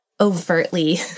overtly